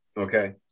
Okay